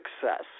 success